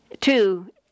Two